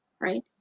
right